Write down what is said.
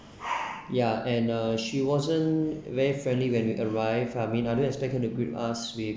yeah and uh she wasn't very friendly when we arrived I mean I do expect him to greet us with